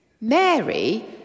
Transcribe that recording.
Mary